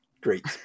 Great